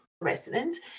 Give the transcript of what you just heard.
residents